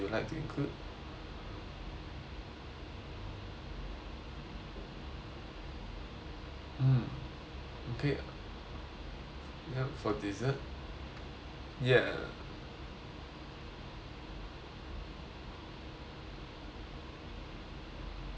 mm okay yup for dessert ya